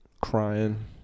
crying